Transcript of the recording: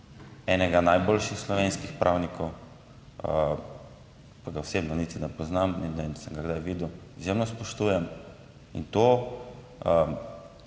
enega najboljših slovenskih pravnikov, pa ga osebno niti ne poznam in sem ga kdaj videl, izjemno spoštujem,